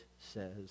says